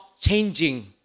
changing